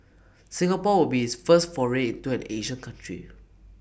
Singapore would be its first foray into an Asian country